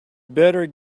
better